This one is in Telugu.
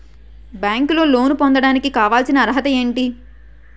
బ్యాంకులో లోన్ పొందడానికి కావాల్సిన అర్హత ఏంటి?